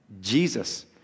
Jesus